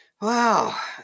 Wow